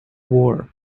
war